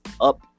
up